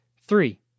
Three